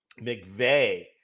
McVeigh